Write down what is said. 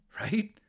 Right